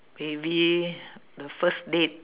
maybe the first date